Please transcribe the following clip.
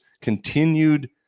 continued